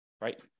right